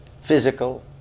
physical